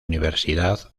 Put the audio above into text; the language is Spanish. universidad